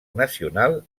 nacional